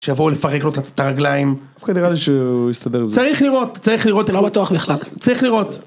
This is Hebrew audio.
שיבואו לפרק לו את הרגליים. דווקא נראה לי שהוא יסתדר עם זה. צריך לראות, צריך לראות. לא בטוח בכלל. צריך לראות.